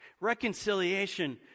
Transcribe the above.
Reconciliation